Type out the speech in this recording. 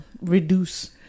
reduce